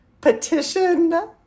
petition